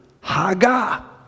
haga